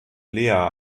lea